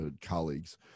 colleagues